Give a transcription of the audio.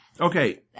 Okay